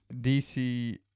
DC